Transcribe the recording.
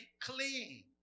clean